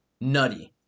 Nutty